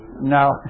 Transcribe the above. no